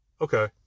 Okay